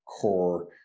core